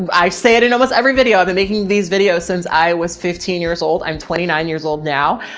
i say it in almost every video. i've been making these videos since i was fifteen years old. i'm twenty nine years old now.